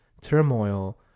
turmoil